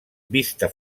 vista